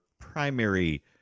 primary